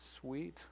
sweet